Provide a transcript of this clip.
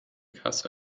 kasse